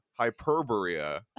hyperborea